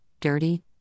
dirty